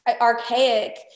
archaic